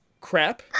crap